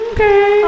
Okay